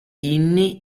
inni